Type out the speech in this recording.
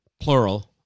Plural